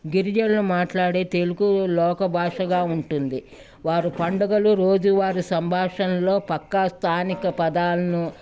గిరిజలను మాట్లాడే తెలుగు లోక భాషగా ఉంటుంది వారు పండుగలు రోజు వారి సంభాషణంలో పక్కా స్థానిక పదాలను